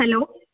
hello